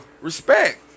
Respect